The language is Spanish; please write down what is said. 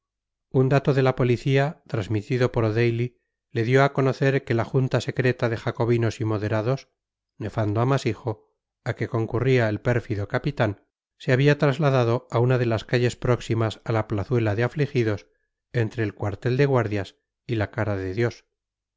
un dato de la policía transmitido por o'daly le dio a conocer que la junta secreta de jacobinos y moderados nefando amasijo a que concurría el pérfido capitán se había trasladado a una de las calles próximas a la plazuela de afligidos entre el cuartel de guardias y la cara de dios